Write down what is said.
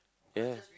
ya